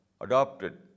adopted